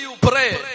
pray